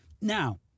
Now